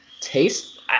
taste